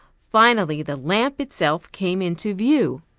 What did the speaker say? finally the lamp itself came into view,